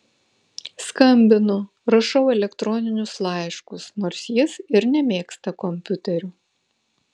skambinu rašau elektroninius laiškus nors jis ir nemėgsta kompiuterių